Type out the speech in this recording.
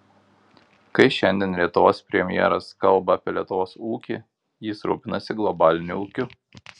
kai šiandien lietuvos premjeras kalba apie lietuvos ūkį jis rūpinasi globaliniu ūkiu